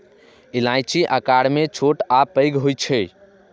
इलायची आकार मे छोट आ पैघ होइ छै